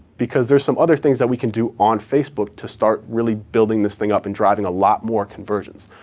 because there are some other things that we can do on facebook to start really building this thing up and driving a lot more conversions.